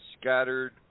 scattered